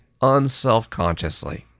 unselfconsciously